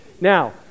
Now